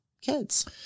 kids